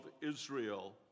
Israel